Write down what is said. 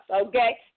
okay